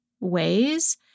ways